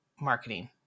marketing